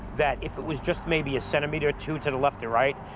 that if it was just maybe a centimeter or two to the left or right,